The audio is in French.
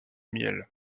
miel